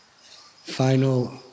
final